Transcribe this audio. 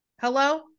Hello